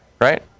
Right